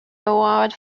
award